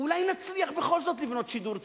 אולי נצליח בכל זאת לבנות שידור ציבורי.